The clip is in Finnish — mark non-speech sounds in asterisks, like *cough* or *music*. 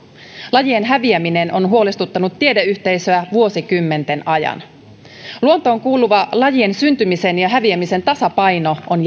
lajien häviäminen on huolestuttanut tiedeyhteisöä vuosikymmenten ajan luontoon kuuluva lajien syntymisen ja häviämisen tasapaino on *unintelligible*